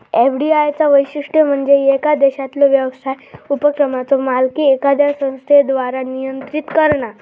FDI चा वैशिष्ट्य म्हणजे येका देशातलो व्यवसाय उपक्रमाचो मालकी एखाद्या संस्थेद्वारा नियंत्रित करणा